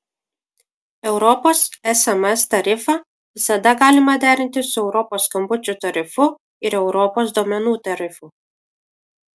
europos sms tarifą visada galima derinti su europos skambučių tarifu ir europos duomenų tarifu